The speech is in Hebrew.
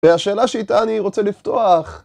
והשאלה שאיתה אני רוצה לפתוח